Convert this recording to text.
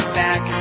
back